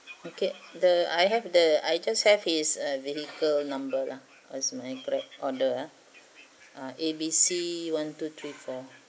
okay the I have the I just have his vehicle number lah as my grab order ah ah A B C one two three four